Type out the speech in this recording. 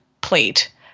plate